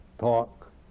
talk